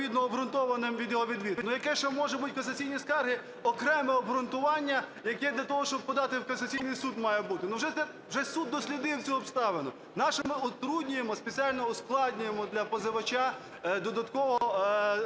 відповідно обґрунтованим його відвід. Ну, яке ще може бути… касаційні скарги, окреме обґрунтування, яке для того, щоб подати в касаційний суд має бути? Вже суд дослідив цю обставину. Нащо ми утруднюємо, спеціально ускладнюємо для позивача додатково